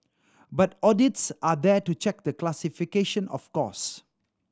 but audits are there to check the classification of costs